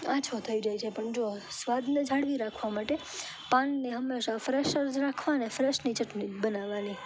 આછો થઈ જાય છે પણ જો સ્વાદને જાળવી રાખવા માટે પાનને હંમેશા ફ્રેશ જ રાખવા અને ફ્રેશની ચટણી જ બનાવવાની